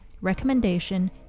recommendation